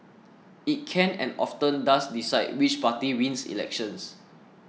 it can and often does decide which party wins elections